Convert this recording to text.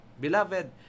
Beloved